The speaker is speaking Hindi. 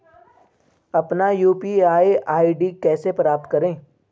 अपना यू.पी.आई आई.डी कैसे प्राप्त करें?